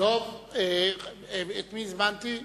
את מי הזמנתי?